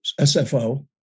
SFO